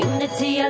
Unity